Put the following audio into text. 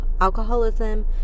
alcoholism